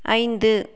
ஐந்து